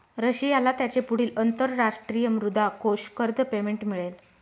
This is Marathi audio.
रशियाला त्याचे पुढील अंतरराष्ट्रीय मुद्रा कोष कर्ज पेमेंट मिळेल